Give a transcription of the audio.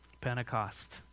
pentecost